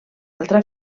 altra